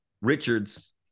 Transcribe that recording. Richards